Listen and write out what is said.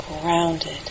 grounded